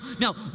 no